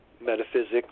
metaphysics